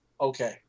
okay